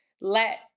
let